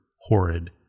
horrid